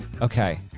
Okay